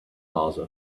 plaza